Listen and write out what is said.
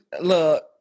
look